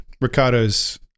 Ricardo's